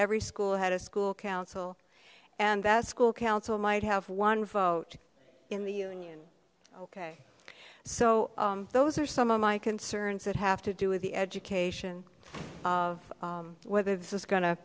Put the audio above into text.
every school had a school council and that school council might have one vote in the union ok so those are some of my concerns that have to do with the education of whether this is go